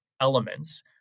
elements